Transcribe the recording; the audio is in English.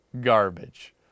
garbage